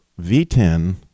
v10